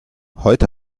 heute